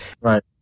Right